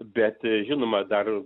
bet žinoma dar